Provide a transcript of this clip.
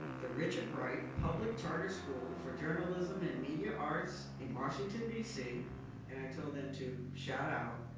the richard wright public charter school for journalism and media arts in washington dc and i told them to shout out